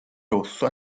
rosso